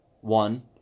one